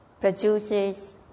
produces